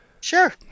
sure